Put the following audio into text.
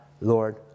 Lord